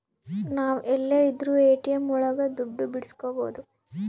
ನಾವ್ ಎಲ್ಲೆ ಇದ್ರೂ ಎ.ಟಿ.ಎಂ ಒಳಗ ದುಡ್ಡು ಬಿಡ್ಸ್ಕೊಬೋದು